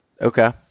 Okay